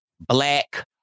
black